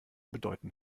bedeuten